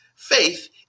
Faith